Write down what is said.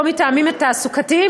או מטעמים תעסוקתיים,